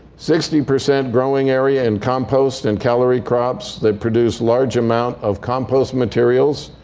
sixty percent growing area in compost and calorie crops that produce large amount of compost materials,